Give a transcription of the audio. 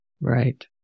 Right